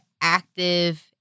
active